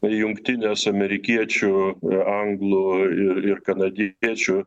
kai jungtines amerikiečių anglų ir kanadiečių